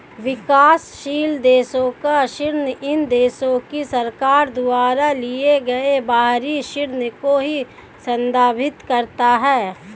विकासशील देशों का ऋण इन देशों की सरकार द्वारा लिए गए बाहरी ऋण को संदर्भित करता है